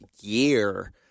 year